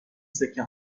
سکه